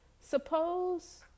Suppose